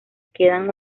quedan